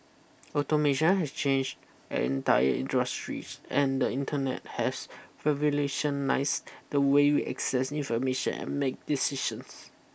automation has changed entire industries and the internet has revolutionised the way we access information and make decisions